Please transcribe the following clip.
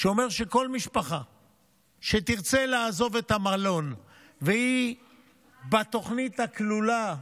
שאומר שכל משפחה שתרצה לעזוב את המלון והיא בתוכנית הכלולה,